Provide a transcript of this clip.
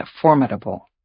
formidable